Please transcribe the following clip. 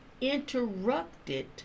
interrupted